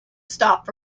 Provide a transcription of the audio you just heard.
stop